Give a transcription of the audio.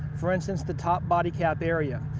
for instance, the top body cap area.